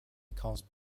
calls